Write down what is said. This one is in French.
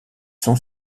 sont